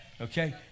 Okay